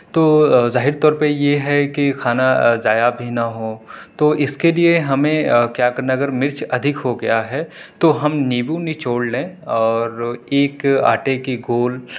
تو ظاہر طور پہ یہ ہے کہ کھانا ضائع بھی نہ ہو تو اس کے لیے ہمیں کیا کرنا اگر مرچ ادھک ہو گیا ہے تو ہم نیبو نچوڑ لیں اور ایک آٹے کی گول